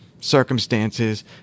circumstances